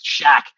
Shaq